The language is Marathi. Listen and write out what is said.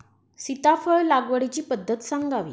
सीताफळ लागवडीची पद्धत सांगावी?